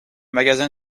magasin